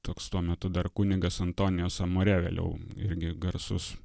toks tuo metu dar kunigas antonijos amore vėliau irgi garsus